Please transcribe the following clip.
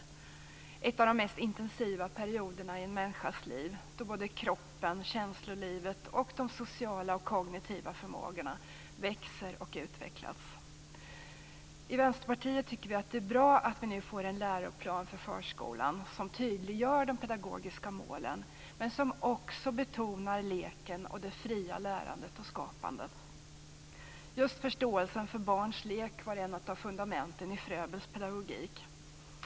Det är en av de mest intensiva perioderna i en människas liv, då kroppen, känslolivet och de sociala och kognitiva förmågorna växer och utvecklas. I Vänsterpartiet tycker vi att det är bra att vi nu får en läroplan för förskolan som tydliggör de pedagogiska målen men som också betonar leken och det fria lärandet och skapandet. Just förståelsen för barns lek var ett av fundamenten i Fröbels pedagogik.